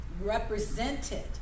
represented